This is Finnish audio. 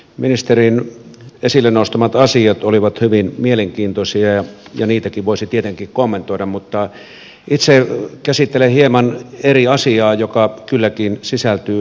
ministerin esille nostamat asiat olivat hyvin mielenkiintoisia ja niitäkin voisi tietenkin kommentoida mutta itse käsittelen hieman eri asiaa joka kylläkin sisältyy lääkelakiin